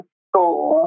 school